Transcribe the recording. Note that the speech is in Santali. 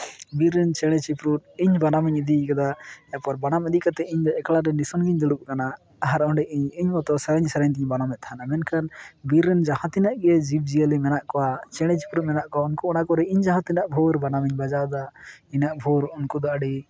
ᱵᱤᱨ ᱨᱮᱱ ᱪᱮᱬᱮ ᱪᱤᱯᱨᱩᱫ ᱤᱧ ᱵᱟᱱᱟᱢᱤᱧ ᱤᱫᱤᱭ ᱠᱟᱫᱟ ᱮᱨᱯᱚᱨ ᱵᱟᱱᱟᱢ ᱤᱫᱤ ᱠᱟᱛᱮᱫ ᱤᱧ ᱫᱚ ᱮᱠᱞᱟ ᱱᱤ ᱩᱱ ᱜᱤᱧ ᱫᱩᱲᱩᱵ ᱠᱟᱱᱟ ᱟᱨ ᱚᱸᱰᱮ ᱤᱧ ᱤᱧ ᱢᱚᱛᱚ ᱥᱮᱨᱮᱧ ᱥᱮᱨᱮᱧ ᱛᱤᱧ ᱵᱟᱱᱟᱢᱮᱫ ᱛᱟᱦᱮᱱ ᱢᱮᱱᱠᱷᱟᱱ ᱵᱤᱨ ᱨᱮᱱ ᱡᱟᱦᱟᱸᱛᱤᱱᱟᱹᱜ ᱜᱮ ᱡᱤᱵᱽᱼᱡᱤᱭᱟᱹᱞᱤ ᱢᱮᱱᱟᱜ ᱠᱚᱣᱟ ᱪᱮᱬᱮ ᱪᱤᱯᱨᱩᱫ ᱢᱮᱱᱟᱜ ᱠᱚᱣᱟ ᱩᱱᱠᱩ ᱚᱱᱟ ᱠᱚᱨᱮ ᱤᱧ ᱡᱟᱦᱟᱸ ᱛᱤᱱᱟᱹᱜ ᱵᱷᱳᱨ ᱵᱟᱱᱟᱢᱤᱧ ᱵᱟᱡᱟᱣᱫᱟ ᱤᱱᱟᱹᱜ ᱵᱷᱳᱨ ᱩᱱᱠᱩ ᱫᱚ ᱟᱹᱰᱤ